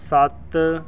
ਸੱਤ